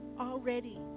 already